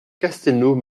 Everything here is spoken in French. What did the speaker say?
castelnau